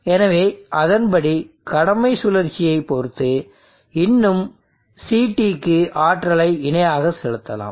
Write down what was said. எனவே அதன்படி கடமை சுழற்சியைப் பொறுத்து இன்னும் CTக்கு ஆற்றலை இணையாக செலுத்தலாம்